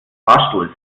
fahrstuhls